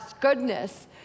goodness